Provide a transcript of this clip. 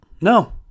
No